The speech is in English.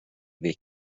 week